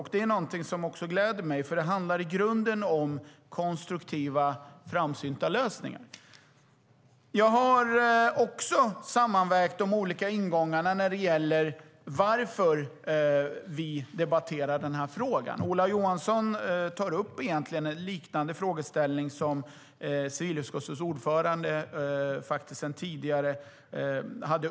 Och det gläder mig eftersom det i grunden handlar om konstruktiva, framsynta lösningar. Jag har också sammanvägt de olika anledningarna till att vi debatterar den här frågan. Ola Johansson tar egentligen upp en frågeställning liknande den som civilutskottets ordförande hade uppe tidigare.